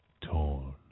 torn